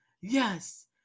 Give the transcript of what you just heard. yes